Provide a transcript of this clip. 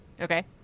Okay